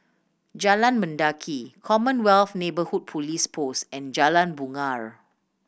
Jalan Mendaki Commonwealth Neighbourhood Police Post and Jalan Bungar